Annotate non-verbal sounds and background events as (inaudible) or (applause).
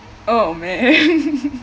oh man (laughs)